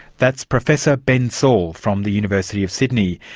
that's professor ben saul from the university of sydney.